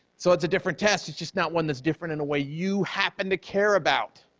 so it's a different test, it's just not one that's different in a way you happen to care about.